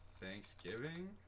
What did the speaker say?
thanksgiving